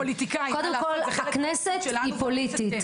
קודם כל, הכנסת היא פוליטית.